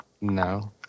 No